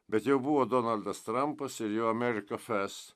bet jau buvo donaldas trampas ir jo amerika fest